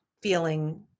feeling